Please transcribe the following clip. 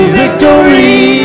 victory